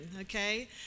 okay